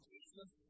Jesus